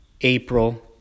April